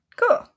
Cool